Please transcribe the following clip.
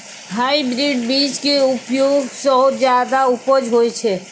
hybrid बीज के उपयोग सॅ ज्यादा उपज होय छै